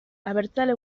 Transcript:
abertzale